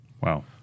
Wow